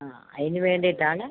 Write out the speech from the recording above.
ആ അതിന് വേണ്ടിയിട്ടാണ്